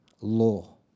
law